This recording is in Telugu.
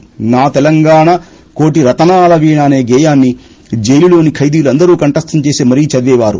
నా తెలంగాణ కోటి రతనాల వీణ అనే గేయాన్ని జైలులోని ఖైదీలు అందరూ కంఠస్తం చేసి మరీ చదివేవారు